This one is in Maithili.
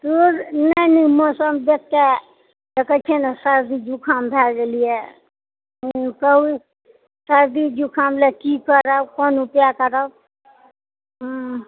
धुर नहि नहि मौसम देखिके देखै छिऐ ने सर्दी जुकाम भए गेल यऽ नहि कहुँ सर्दी जुकाम लऽ की करब कोन उपाए करब हूँ